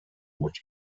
would